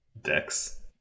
decks